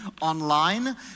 online